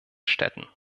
städten